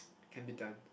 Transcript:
can be done